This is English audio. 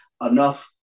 enough